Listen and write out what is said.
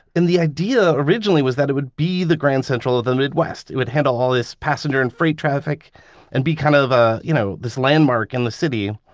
the idea originally was that it would be the grand central of the midwest. it would handle all this passenger and free traffic and be kind of, ah you know, this landmark in the city.